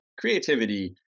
creativity